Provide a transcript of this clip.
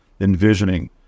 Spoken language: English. envisioning